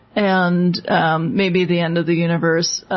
and and maybe the end of the universe,